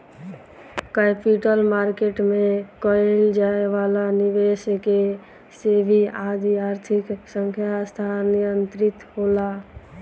capital market में कईल जाए वाला निबेस के सेबी आदि आर्थिक संस्थान नियंत्रित होला